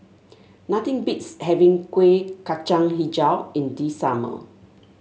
nothing beats having Kuih Kacang hijau in the summer